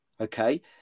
okay